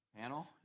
Panel